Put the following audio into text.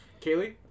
Kaylee